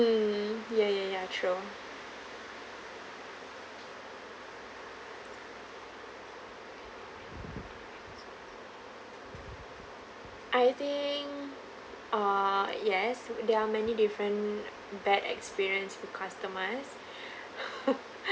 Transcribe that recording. mm yeah yeah yeah true I think err yes there are many different bad experience with customers